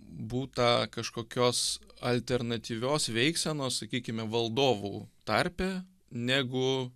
būta kažkokios alternatyvios veiksenos sakykime valdovų tarpe negu